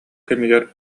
кэмигэр